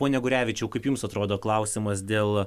pone gurevičiau kaip jums atrodo klausimas dėl